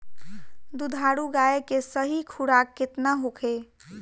दुधारू गाय के सही खुराक केतना होखे?